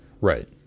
Right